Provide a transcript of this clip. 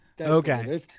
okay